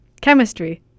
chemistry